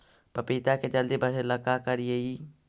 पपिता के जल्दी बढ़े ल का करिअई?